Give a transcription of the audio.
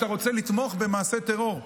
כשאתה רוצה לתמוך במעשי טרור.